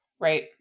Right